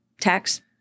tax